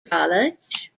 college